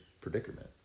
predicament